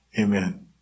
Amen